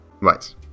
right